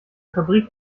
fabrik